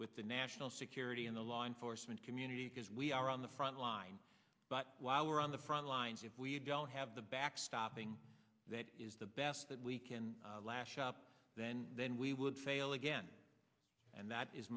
with the national security and the law enforcement community because we are on the front line but while we're on the frontlines if we don't have the backstopping that is the best that we can lash up then then we would fail again and that is